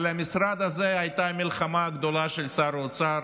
על המשרד הזה הייתה המלחמה הגדולה של שר האוצר,